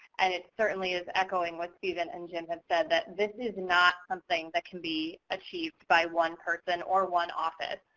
and it certainly is echoing what steven and jim have said that this is not something that can be achieved by one person or one office.